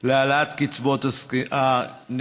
להעלאת קצבות הנכים.